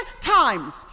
times